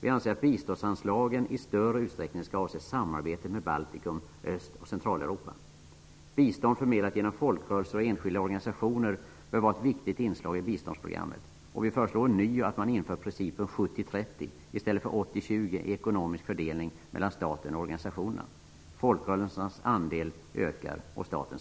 Vi anser att biståndsanslagen i större utsträckning skall avse samarbetet med Baltikum, Öst och Centraleuropa. Bistånd förmedlat genom folkrörelser och enskilda organisationer bör vara ett viktigt inslag i biståndsprogrammet. Vi föreslår ånyo att man inför principen 70--30 i stället för 80-- statens minskar.